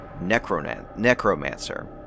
necromancer